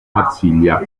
marsiglia